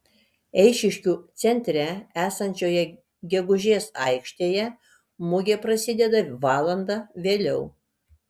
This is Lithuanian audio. eišiškių centre esančioje gegužės aikštėje mugė prasideda valanda vėliau